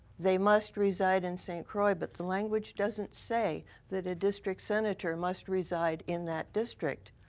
they must reside in st. croix. but the language doesn't say that ah district senator must reside in that district.